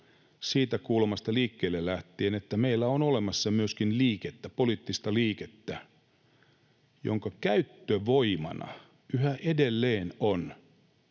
siitä kulmasta liikkeelle lähtien, että meillä on olemassa myöskin poliittista liikettä, jonka käyttövoimana yhä edelleen on